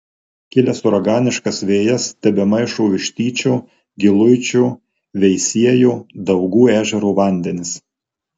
kilęs uraganiškas vėjas tebemaišo vištyčio giluičio veisiejo daugų ežero vandenis